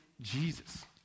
Jesus